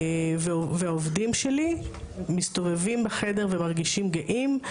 והעובדים שלי מסתובבים בחדר ומרגישים גאים.